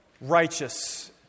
righteous